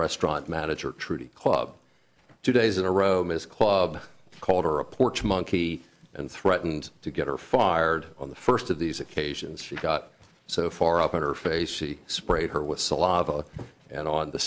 restaurant manager trudy club two days in a row ms club called her a porch monkey and threatened to get her fired on the first of these occasions she got so far up on her face she sprayed her with saliva and on the